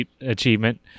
achievement